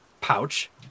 pouch